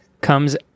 comes